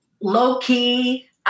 low-key